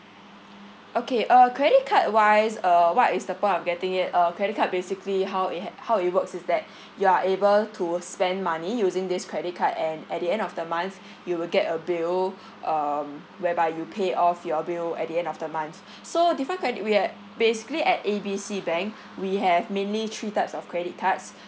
okay uh credit card wise uh what is the point of getting it uh credit card basically how it ha~ how it works is that you are able to spend money using this credit card and at the end of the month you will get a bill um whereby you pay off your bill at the end of the month so different credit we ha~ basically at A B C bank we have mainly three types of credit cards